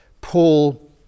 Paul